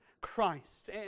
Christ